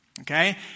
Okay